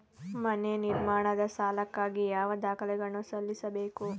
ಮನೆ ನಿರ್ಮಾಣದ ಸಾಲಕ್ಕಾಗಿ ಯಾವ ದಾಖಲೆಗಳನ್ನು ಸಲ್ಲಿಸಬೇಕು?